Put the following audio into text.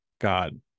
God